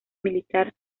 militar